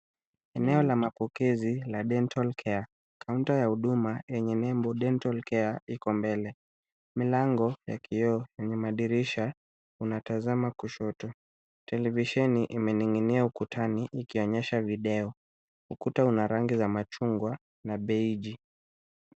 Eneo la mapokezi la dental care Kaunta ya huduma yenye nembo dental care iko mbele. Milango ya kio yenye dirisha unatazama kushoto. Televisheni imening'inia ukutani ikionyesha video. Ukuta una rangi za machungwa na beji .